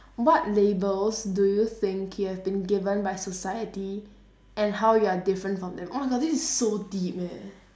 what labels do you think you have been given by society and how you are different from them oh my god this is so deep eh